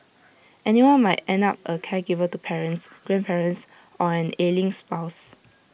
anyone might end up A caregiver to parents grandparents or an ailing spouse